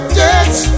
dance